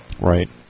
Right